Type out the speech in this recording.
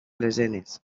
lesenes